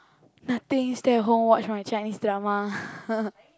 nothing stay at home watch my Chinese drama